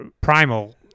primal